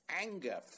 anger